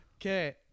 Okay